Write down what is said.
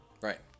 Right